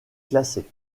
classé